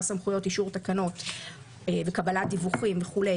סמכויות של אישור תקנות וקבלת דיווחים וכו',